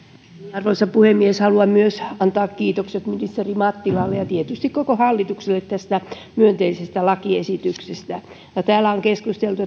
arvoisa puhemies minä myös haluan antaa kiitokset ministeri mattilalle ja tietysti koko hallitukselle tästä myönteisestä lakiesityksestä kun täällä on keskusteltu